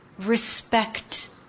respect